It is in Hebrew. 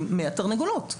100 תרנגולות.